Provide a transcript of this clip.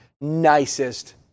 nicest